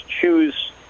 choose